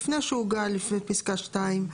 לפני שעוגל לפי פסקה (2),